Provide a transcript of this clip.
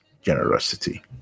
generosity